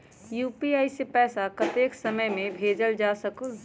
UPI से पैसा कतेक समय मे भेजल जा स्कूल?